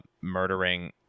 murdering